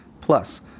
plus